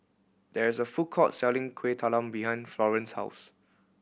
there is a food court selling Kueh Talam behind Florene's house